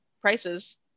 prices